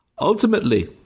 Ultimately